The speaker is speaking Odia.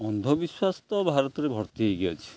ଅନ୍ଧବିଶ୍ୱାସ ତ ଭାରତରେ ଭର୍ତ୍ତି ହେଇକି ଅଛି